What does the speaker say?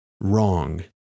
wrong